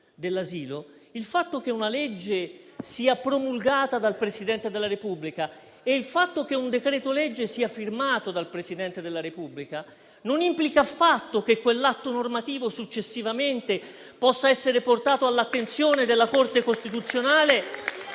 dell'asilo, il fatto che una legge sia promulgata dal Presidente della Repubblica e il fatto che un decreto-legge sia firmato dal Presidente della Repubblica non implicano affatto che quell'atto normativo successivamente non possa essere portato all'attenzione della Corte costituzionale,